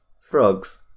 Frogs